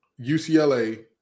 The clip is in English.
UCLA